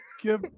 give